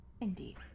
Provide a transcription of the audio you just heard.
Indeed